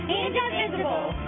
indivisible